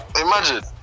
imagine